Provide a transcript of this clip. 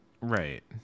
Right